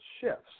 shifts